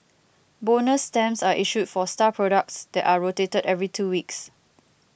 bonus stamps are issued for star products that are rotated every two weeks